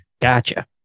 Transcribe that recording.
gotcha